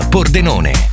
Pordenone